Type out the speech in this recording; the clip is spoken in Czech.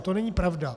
To není pravda.